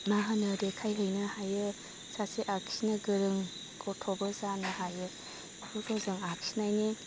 मा होनो देखायहैनो हायो सासे आखिनो गोरों गथ'बो जानो हायो बेफोरखौ जों आखिनायनि